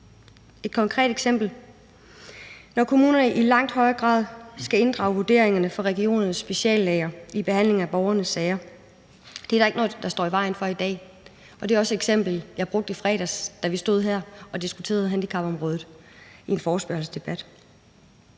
Et konkret eksempel: At kommunerne i langt højere grad skal inddrage vurderingerne fra regionernes speciallæger i behandling af borgernes sager, er der ikke noget, der står i vejen for i dag, og det er også eksemplet, jeg brugte i fredags, da vi stod her og diskuterede handicapområdet i en forespørgselsdebat.